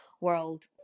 world